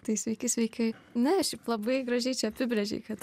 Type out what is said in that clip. tai sveiki sveiki ne šiaip labai gražiai čia apibrėžei kad